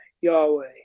Yahweh